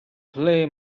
play